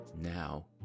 Now